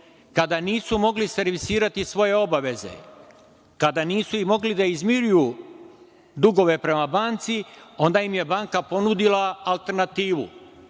Kada nisu mogli servisirati svoje obaveze, kada nisu mogli da izmiruju dugove prema banci, onda im je banka ponudila alternativu.